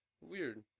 weird